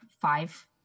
five